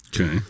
Okay